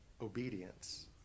obedience